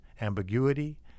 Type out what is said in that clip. ambiguity